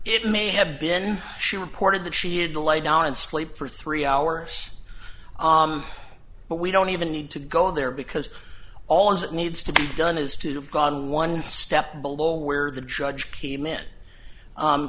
it may have been she reported that she had to lie down and sleep for three hours but we don't even need to go there because all that needs to be done is to have gone one step below where the judge came in